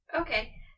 Okay